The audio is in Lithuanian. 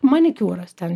manikiūras ten